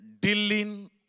Dealing